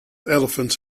elephants